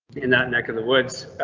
in that neck of the woods?